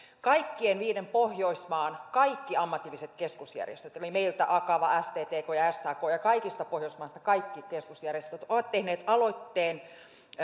kaikkien viiden pohjoismaan kaikki ammatilliset keskusjärjestöt eli meiltä akava sttk ja sak ja kaikista pohjoismaista kaikki keskusjärjestöt ovat tehneet aloitteen